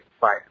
bye